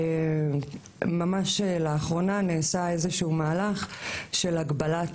ממש לאחרונה נעשה איזשהו מהלך של הגבלת